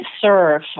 serve